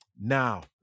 Now